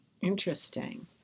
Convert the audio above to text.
Interesting